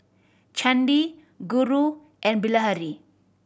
Chandi Guru and Bilahari